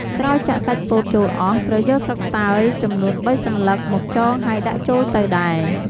ក្រោយចាក់សាច់ពោតចូលអស់ ត្រូវយកស្លឹកតើយចំនួនបីសន្លឹកមកចងហើយដាក់ចូលទៅដែរ។